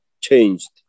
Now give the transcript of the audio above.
changed